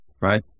Right